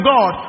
God